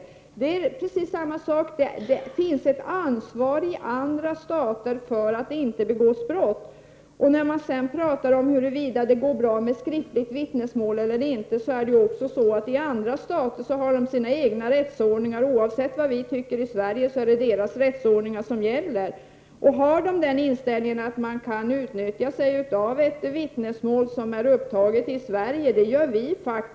Även i andra länder finns ett ansvar för att det inte begås brott. Det har talats om huruvida det går bra att avge skriftligt vittnesmål. Men andra länder har sina egna rättsordningar oavsett vad vi tycker i Sverige. Har man den inställningen att det går att använda ett skriftligt vittnesmål som är avgivet i Sverige, är det bra.